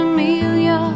Amelia